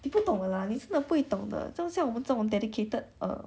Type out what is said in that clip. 你不懂的啦你真的不会懂得就像我们这种 dedicated err